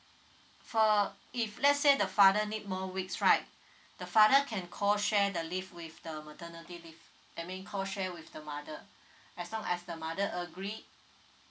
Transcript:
for if let's say the father need more weeks right the father can co share the leave with the maternity leave I mean co share with the mother as long as the mother agreed